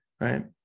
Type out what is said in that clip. right